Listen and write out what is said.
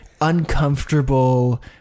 uncomfortable